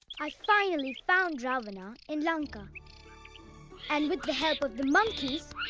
i finally found ravana in lanka and with the help of the monkeys,